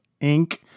Inc